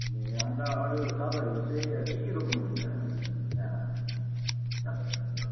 ए अन्त अरू तपाईँहरू चाहिँ के के रोप्नुहुन्छ यहाँ सागसब्जीहरू